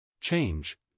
change